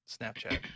Snapchat